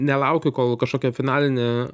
nelaukiu kol kažkokią finalinę